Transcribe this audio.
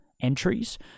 entries